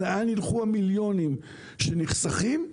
לאן ילכו המיליונים שנחסכים,